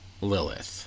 Lilith